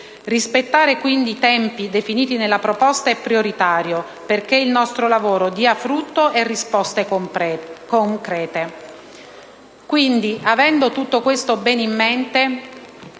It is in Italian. Rispettare quindi i tempi definiti nella proposta è prioritario perché il nostro lavoro dia frutto e risposte concrete.